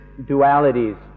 dualities